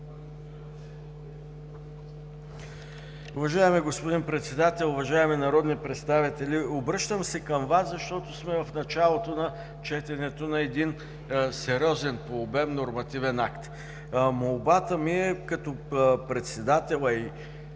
Молбата ми, като председател,